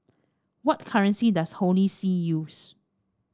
what currency does Holy See use